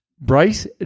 Bryce